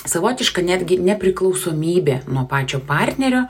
savotiška netgi nepriklausomybė nuo pačio partnerio